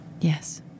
Yes